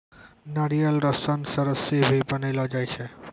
नारियल रो सन से रस्सी भी बनैलो जाय छै